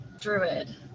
druid